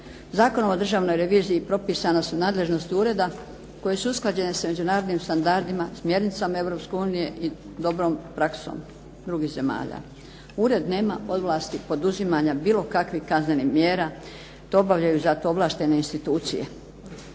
Zakonom o državnoj reviziji propisane su nadležnosti ureda koje su usklađene s međunarodnim standardima, smjernicama Europske unije i dobrom praksom drugih zemalja. Ured nema ovlasti poduzimanja bilo kakvih kaznenih mjera, to obavljaju za to ovlaštene institucije.